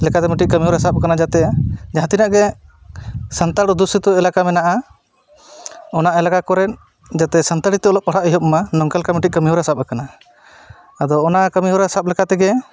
ᱞᱮᱠᱟᱛᱮ ᱢᱤᱫᱴᱮᱡ ᱠᱟᱹᱢᱤᱦᱚᱨᱟ ᱥᱟᱵ ᱟᱠᱟᱱᱟ ᱡᱟᱛᱮ ᱡᱟᱦᱟᱸ ᱛᱤᱱᱟᱹᱜ ᱜᱮ ᱥᱟᱱᱛᱟᱲ ᱚᱫᱽᱫᱷᱩᱥᱤᱛᱚ ᱮᱞᱟᱠᱟ ᱢᱮᱱᱟᱜᱼᱟ ᱚᱱᱟ ᱮᱞᱟᱠᱟ ᱠᱚᱨᱮᱱ ᱡᱟᱛᱮ ᱥᱟᱱᱛᱟᱲᱤᱛᱮ ᱚᱞᱚᱜ ᱯᱟᱲᱦᱟᱜ ᱦᱩᱭᱩᱜ ᱢᱟ ᱱᱚᱝᱠᱟᱞᱮᱠᱟ ᱢᱤᱫᱴᱮᱡ ᱠᱟᱹᱢᱤᱦᱚᱨᱟ ᱥᱟᱵ ᱟᱠᱟᱱᱟ ᱟᱫᱚ ᱚᱱᱟ ᱠᱟᱹᱢᱤᱦᱚᱨᱟ ᱥᱟᱵ ᱞᱮᱠᱟᱛᱮᱜᱮ